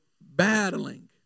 battling